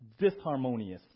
disharmonious